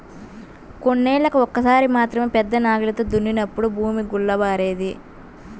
కొన్నేళ్ళకు ఒక్కసారి మాత్రమే పెద్ద నాగలితో దున్నినప్పుడు భూమి గుల్లబారేది